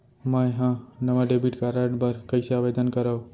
मै हा नवा डेबिट कार्ड बर कईसे आवेदन करव?